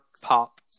pop